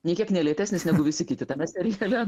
nė kiek ne lėtesnis negu visi kiti tame seriale